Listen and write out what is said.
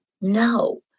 No